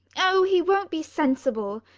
oh! he won't be sensible.